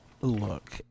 look